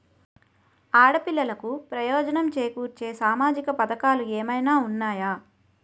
ఆడపిల్లలకు ప్రయోజనం చేకూర్చే సామాజిక పథకాలు ఏమైనా ఉన్నాయా?